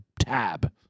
tab